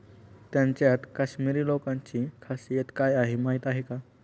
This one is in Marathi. त्यांच्यात काश्मिरी लोकांची खासियत काय आहे माहीत आहे का?